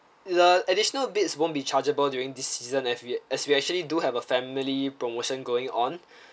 the additional beds won't be chargeable during this season as we as we actually do have a family promotion going on